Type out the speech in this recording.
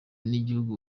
n’igihugu